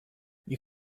you